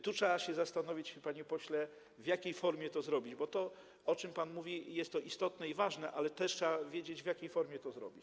Trzeba więc zastanowić się, panie pośle, w jakiej formie to zrobić, bo to, o czym pan mówi, jest istotne i ważne, ale też trzeba wiedzieć, w jakiej formie to zrobić.